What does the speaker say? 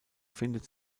findet